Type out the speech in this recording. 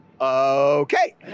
Okay